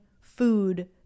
food